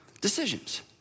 decisions